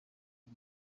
iki